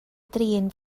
drin